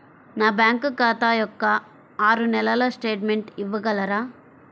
నా బ్యాంకు ఖాతా యొక్క ఆరు నెలల స్టేట్మెంట్ ఇవ్వగలరా?